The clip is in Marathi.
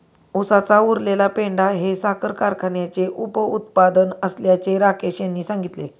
उसाचा उरलेला पेंढा हे साखर कारखान्याचे उपउत्पादन असल्याचे राकेश यांनी सांगितले